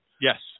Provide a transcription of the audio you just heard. yes